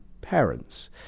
parents